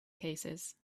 cases